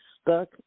stuck